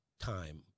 time